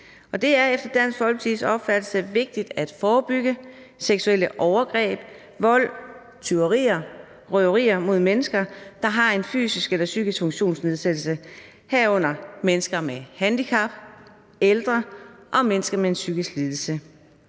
Det er efter Dansk Folkepartis opfattelse vigtigt at forebygge, at der begås seksuelle overgreb, vold, tyverier og røverier mod mennesker, der har en fysisk eller psykisk funktionsnedsættelse, herunder mennesker med handicap, ældre og mennesker med en psykisk lidelse.